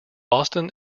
boston